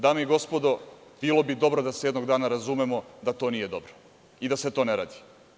Dame i gospodo, bilo bi dobro da se jednog dana razumemo da to nije dobro i da se to ne radi.